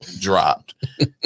Dropped